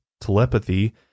telepathy